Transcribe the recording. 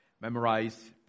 memorize